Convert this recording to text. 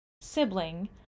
sibling